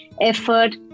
effort